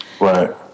Right